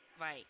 Right